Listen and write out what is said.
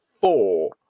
four